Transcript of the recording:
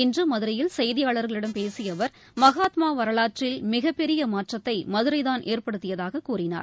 இன்று மதுரையில் செய்தியாளர்களிடம் பேசிய அவர் மகாத்மா வரலாற்றில் மிகப்பெரிய மாற்றத்தை மதுரைதான் ஏற்படுத்தியதாக கூறினார்